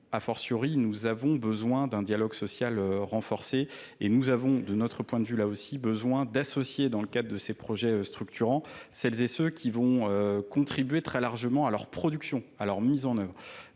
a fortiori, nous avons besoin d'un dialogue social renforcé et nous avons, de notre point de vue, aussi besoin d'associer, dans le cadre de ces projets structurants, celles et ceux qui vont contribuer très largement à leur production, à leur mise en œuvre,